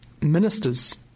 ministers